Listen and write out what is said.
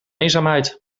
eenzaamheid